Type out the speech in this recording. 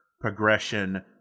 progression